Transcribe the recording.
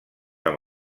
amb